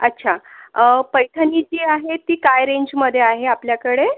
अच्छा अं पैठणी जी आहे ती काय रेंजमध्ये आहे आपल्याकडे